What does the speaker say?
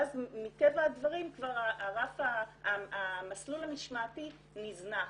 ואז מטבע הדברים כבר המסלול המשמעתי נזנח.